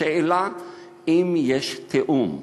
השאלה אם יש תיאום,